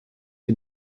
die